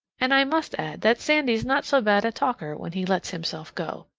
and i must add that sandy's not so bad a talker when he lets himself go.